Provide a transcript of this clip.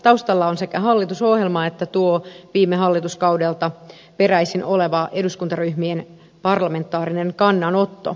taustalla on sekä hallitusohjelma että tuo viime hallituskaudelta peräisin oleva eduskuntaryhmien parlamentaarinen kannanotto